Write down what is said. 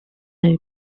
know